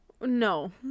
No